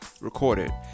recorded